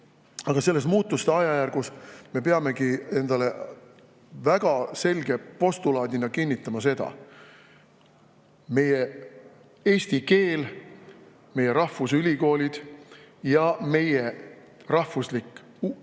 selles muutuste ajajärgus me peamegi endale väga selge postulaadina kinnitama seda: meie eesti keel, meie rahvusülikoolid, meie rahvusteadused